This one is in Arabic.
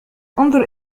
انظر